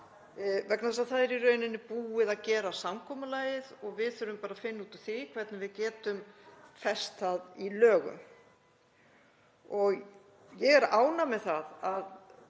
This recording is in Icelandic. vegna þess að í raun er búið að gera samkomulagið og við þurfum bara að finna út úr því hvernig við getum fest það í lögum. Ég er ánægð með að